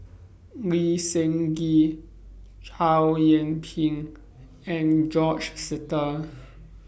Lee Seng Gee Chow Yian Ping and George Sita